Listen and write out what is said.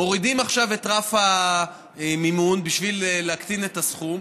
מורידים עכשיו את רף המימון בשביל להקטין את הסכום,